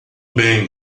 bem